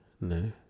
No